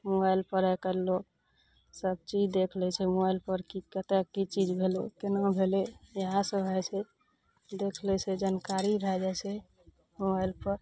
mobile पर आइ काल्हि लोग सब चीज देख लै छै मोबाइल पर की कतए की चीज भेलै केना भेलै इहए सब भए जाइ छै देख लै छै जनकारी भए जाइ छै मोबाइल पर